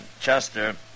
Chester